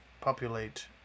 populate